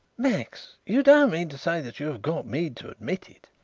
max! you don't mean to say that you have got mead to admit it?